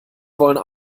wollen